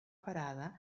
parada